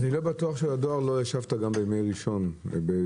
אני לא בטוח שעל הדואר לא ישבת גם בימי ראשון בישיבות.